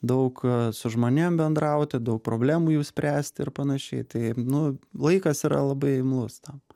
daug su žmonėm bendrauti daug problemų jų spręsti ir panašiai tai nu laikas yra labai imlus tam